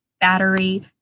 battery